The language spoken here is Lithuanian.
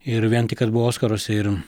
ir vien tik kad buvo oskaruose ir